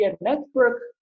network